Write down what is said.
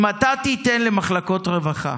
אם אתה תיתן למחלקות רווחה